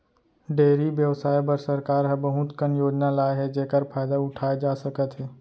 dairy बेवसाय बर सरकार ह बहुत कन योजना लाए हे जेकर फायदा उठाए जा सकत हे